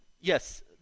Yes